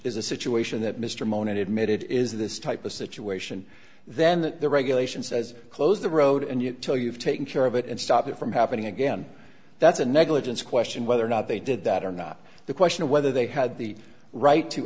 is a situation that mr mone admitted is this type of situation then the regulation says close the road and you know you've taken care of it and stop it from happening again that's a negligence question whether or not they did that or not the question of whether they had the right to